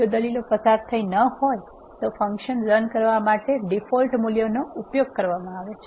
જો દલીલો પસાર થઈ ન હોય તો ફંક્શન રન કરવા માટે ડિફૌલ્ટ મૂલ્યોનો ઉપયોગ કરવામાં આવે છે